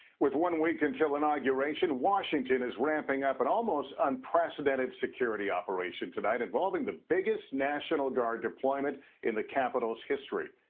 with one week until inauguration, washington is ramping up an but almost unprecedented security operation tonight involving the biggest national guard deployment in the capitol's history.